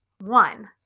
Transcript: one